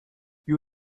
you